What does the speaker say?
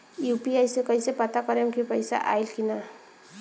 UPI से कईसे पता करेम की पैसा आइल की ना?